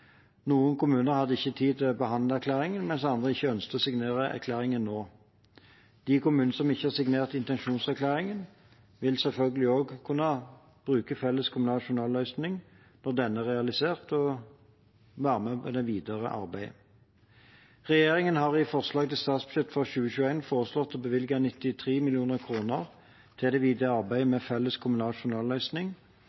Noen kommuner hadde ikke tid til å behandle erklæringen, mens andre ikke ønsket å signere erklæringen nå. De kommunene som ikke har signert intensjonserklæringen, vil selvfølgelig også kunne bruke felles kommunal journalløsning når denne er realisert, og være med på det videre arbeidet. Regjeringen har i forslaget til statsbudsjettet for 2021 foreslått å bevilge 93 mill. kr til det videre arbeidet